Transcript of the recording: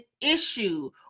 issue